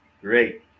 Great